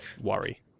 worry